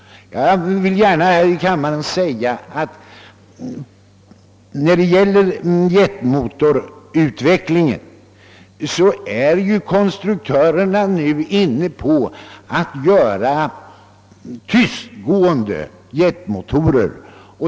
Jag vill gärna här i kammaren säga att i fråga om jetmotorutvecklingen är konstruktörerna nu inne på att göra tystgående jetmotorer.